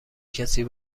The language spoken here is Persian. کسی